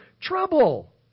trouble